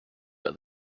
but